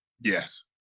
Yes